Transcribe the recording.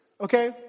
Okay